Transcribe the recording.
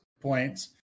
points